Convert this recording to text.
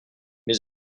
mes